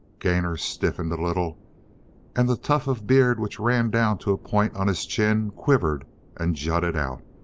gainor stiffened a little and the tuft of beard which ran down to a point on his chin quivered and jutted out.